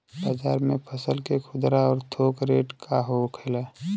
बाजार में फसल के खुदरा और थोक रेट का होखेला?